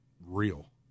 real